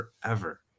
forever